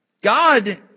God